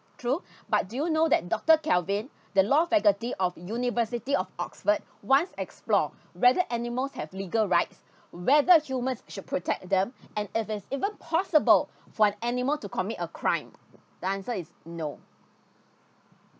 true but do you know that doctor kelvin the law faculty of university of oxford once explore whether animals have legal rights whether humans should protect them and if it's even possible for an animal to commit a crime the answer is no